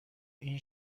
این